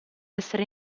essere